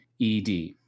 ED